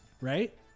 right